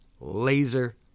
laser